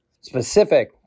Specific